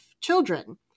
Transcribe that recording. children